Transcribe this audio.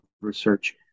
research